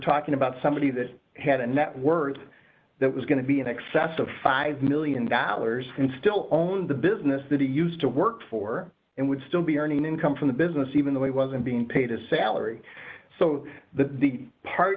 talking about somebody that had a net worth that was going to be in excess of five million dollars and still own the business that he used to work for and would still be earning income from the business even though he wasn't being paid a salary so that the part